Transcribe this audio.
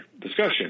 discussion